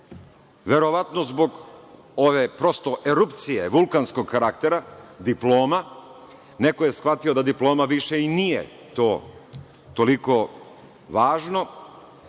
Verovatno zbog ove erupcije, vulkanskog karaktera, diploma. Neko je shvatio da diploma više nije toliko važna. Pored